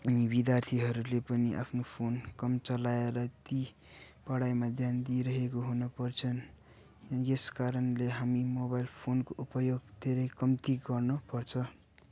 विद्यार्थीहरूले पनि आफ्नो फोन कम चलाएर ती पढाइमा ध्यान दिइरहेको हुनु पर्छन् यसकारणले हामी मोबाइल फोनको उपयोग धेरै कम्ती गर्नु पर्छ